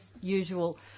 usual